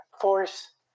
force